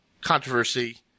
controversy